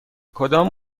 کدام